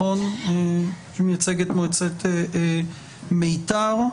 שמייצג את מועצת מיתר.